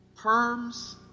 Perms